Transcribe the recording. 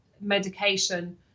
medication